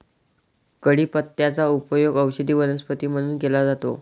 कढीपत्त्याचा उपयोग औषधी वनस्पती म्हणून केला जातो